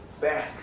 back